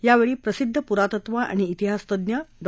यावेळी प्रसिद्ध पुरातत्व आणि श्तिहासतज्ञ डॉ